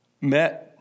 met